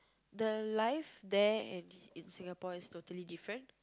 the life there and in Singapore is totally different